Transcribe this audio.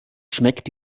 schmeckt